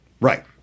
Right